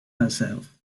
herself